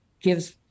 gives